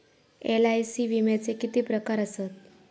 LIC विम्याचे किती प्रकार आसत?